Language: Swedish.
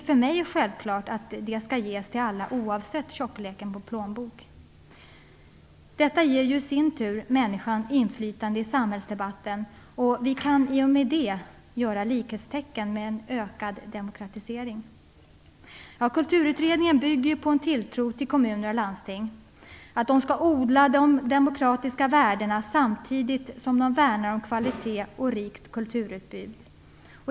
För mig är det självklart att det skall ges till alla oavsett tjockleken på plånboken. Detta ger i sin tur människan inflytande i samhällsdebatten. Vi kan i och med detta göra likhetstecken med en ökad demokratisering. Kulturutredningen bygger på en tilltro till kommuner och landsting, att de skall odla de demokratiska värdena samtidigt som de värnar kvalitet och rikt kulturutbud.